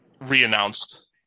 re-announced